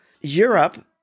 Europe